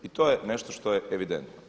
I to je nešto što je evidentno.